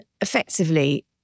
effectively